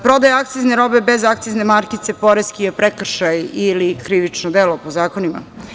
Prodaja akcizne robe bez akcizne markice poreski je prekršaj ili krivično delo po zakonima.